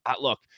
Look